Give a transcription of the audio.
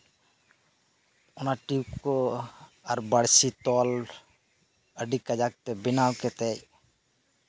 ᱚᱱᱟ ᱪᱷᱤᱯ ᱠᱚ ᱟᱨ ᱵᱟᱹᱲᱥᱤ ᱛᱚᱞ ᱟᱹᱰᱤ ᱠᱟᱡᱟᱠ ᱛᱮ ᱵᱮᱱᱟᱣ ᱠᱟᱛᱮᱫ